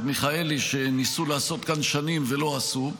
מיכאלי שניסו לעשות כאן שנים ולא עשו,